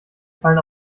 fallen